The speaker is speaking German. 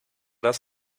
das